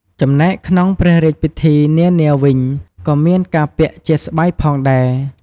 ចំណែកក្នុងព្រះរាជពិធីនានាវិញ ក៏មានការពាក់ជាស្បៃផងដែរ។